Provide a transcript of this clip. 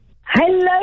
hello